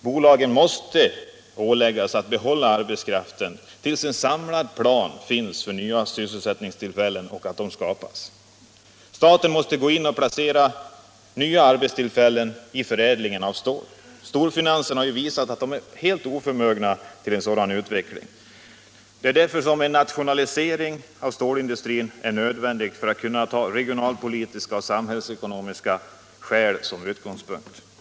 Bolagen skall åläggas att behålla arbetskraften tills en samlad sysselsättningsplan finns och nya sysselsättningstillfällen kan skapas. Staten" måste gå in och planera nya arbetstillfällen i förädlingen av stål. Storfinansen har visat sig vara helt oförmögen till en sådan utveckling. En nationalisering av stålindustrin är därför nödvändig för att regionalpolitiska och samhällsekonomiska skäl skall kunna tas som utgångspunkt för åtgärder.